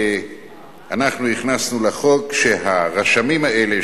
אנחנו הכנסנו לחוק שהרשמים האלה,